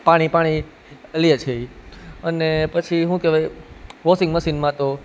પાણી પાણી લે છે ઈ અને પછી હું કેવાય વોશિંગ મશીનમાં તો